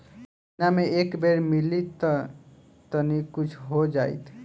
महीना मे एक बेर मिलीत त तनि कुछ हो जाइत